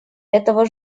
этого